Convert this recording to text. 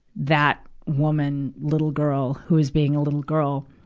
that woman, little girl, who was being a little girl,